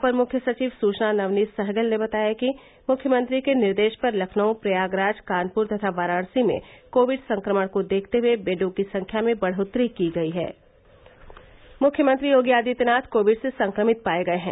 अपर मुख्य सचिव सूचना नवनीत सहगल ने बताया कि मुख्यमंत्री के निर्देश पर लखनऊ प्रयागराज कानप्र तथा वाराणसी में कोविड संक्रमण को देखते हये बेडों की संख्या में बढ़ोत्तरी की गई है मुख्यमंत्री योगी आदित्यनाथ कोविड से संक्रमित पाए गए हैं